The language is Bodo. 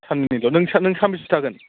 सान्नैनिल' नों सान नों सानबैसे थागोन